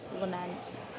Lament